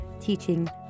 teaching